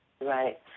right